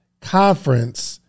conference